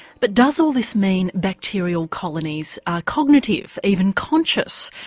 but does all this mean bacterial colonies are cognitive? even conscious?